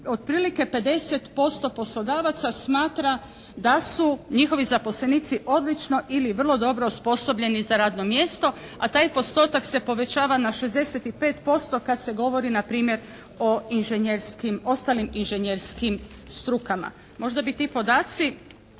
otprilike 50% poslodavaca smatra da su njihovi zaposlenici odlično ili vrlo dobro osposobljeni za radno mjesto a taj postotak se povećava na 65% kad se govori na primjer o ostalim inženjerskim strukama. Možda bi ti podaci